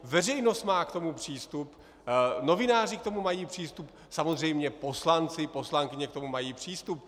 Veřejnost má k tomu přístup, novináři k tomu mají přístup, samozřejmě poslanci, poslankyně k tomu mají přístup.